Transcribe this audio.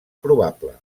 probable